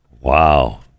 wow